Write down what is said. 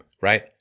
right